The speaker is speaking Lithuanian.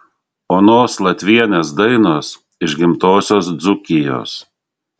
onos latvienės dainos iš gimtosios dzūkijos